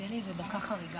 אז תהיה לי איזו דקה חריגה,